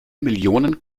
millionen